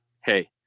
hey